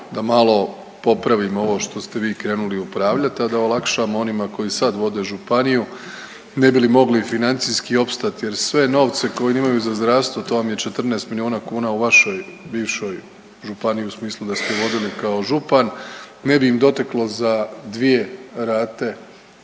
da malo popravimo ovo što ste vi krenuli upravljati te da olakšamo onima koji sad vode županiju ne bi li mogli financijski opstati, jer sve novce koje oni imaju za zdravstvo to vam je 14 milijuna kuna u vašoj bivšoj županiji u smislu da ste je vodili kao župan ne bi im doteklo za dvije rate